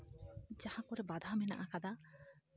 ᱡᱟᱦᱟᱸ ᱠᱚᱨᱮ ᱵᱟᱫᱷᱟ ᱢᱮᱱᱟᱜ ᱟᱠᱟᱫᱟ